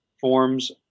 forms